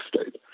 state